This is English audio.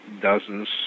dozens